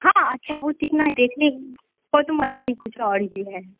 हाँ अच्छा वो कितना देखने बहुत मजा ही कुछ और ही है